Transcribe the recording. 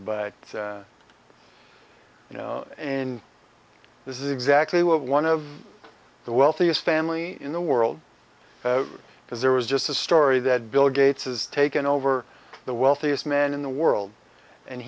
by you know in this is exactly what one of the wealthiest family in the world because there was just a story that bill gates has taken over the wealthiest man in the world and